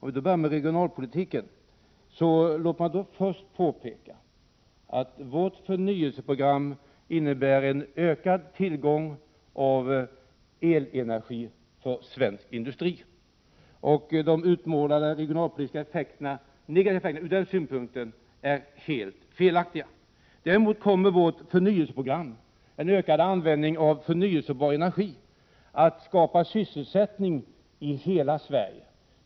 Herr talman! Jag kan nästan ta Per-Richard Molén och Hadar Cars i klump. För att börja med regionalpolitiken, låt mig först påpeka att vårt förnyelseprogram innebär en ökad tillgång av elenergi för svensk industri. De utmålade negativa regionalpolitiska effekterna på den punkten är helt felaktiga. Däremot kommer vårt förnyelseprogram, en ökad användning av förnybar 10 december 1987 energi, att skapa sysselsättning i hela Sverige.